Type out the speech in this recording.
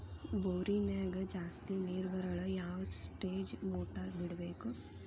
ಬೋರಿನ್ಯಾಗ ಜಾಸ್ತಿ ನೇರು ಬರಲು ಯಾವ ಸ್ಟೇಜ್ ಮೋಟಾರ್ ಬಿಡಬೇಕು?